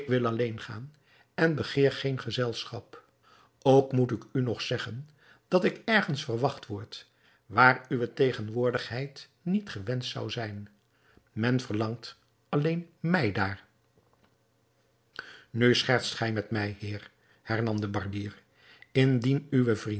wil alleen gaan en begeer geen gezelschap ook moet ik u nog zeggen dat ik ergens verwacht word waar uwe tegenwoordigheid niet gewenscht zou zijn men verlangt alleen mij daar nu schertst gij met mij heer hernam de barbier indien uwe vrienden